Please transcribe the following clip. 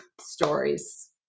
stories